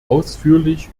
ausführlich